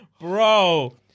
Bro